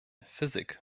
physik